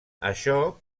això